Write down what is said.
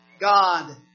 God